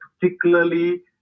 particularly